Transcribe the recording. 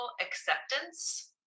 acceptance